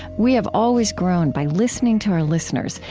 we have always grown by listening to our listeners,